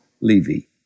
Levy